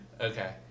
Okay